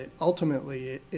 ultimately